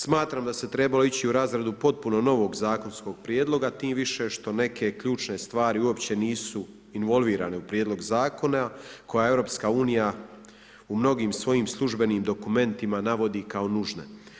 Smatram da se trebalo ići u razradu potpuno novog zakonskog prijedloga tim više što neke ključne stvari uopće nisu involvirane u prijedlog zakona, koje Europska unija u mnogim svojim službenim dokumentima navodi kao nužne.